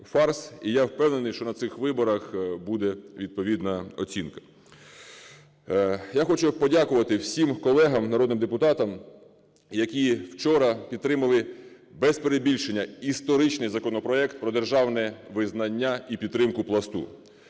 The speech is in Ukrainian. і я впевнений, що на цих виборах буде відповідна оцінка. Я хочу подякувати всім колегам народним депутатам, які вчора підтримали без перебільшення історичний законопроект про державне визнання і підтримку Пласту.